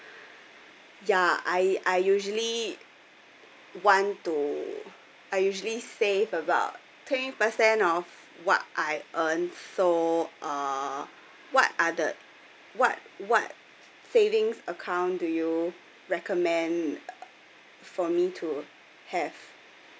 ya I I usually want to I usually save about twenty percent of what I earn so uh what are the what what savings account do you recommend for me to have